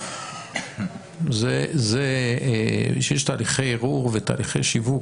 זה שיש תהליכי ערעור ותהליכי שיווק,